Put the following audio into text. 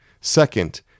Second